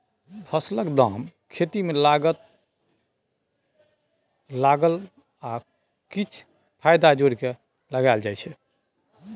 फसलक दाम खेती मे लागल लागत आ किछ फाएदा जोरि केँ लगाएल जाइ छै